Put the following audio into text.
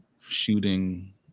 shooting